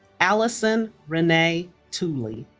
allison renee tooley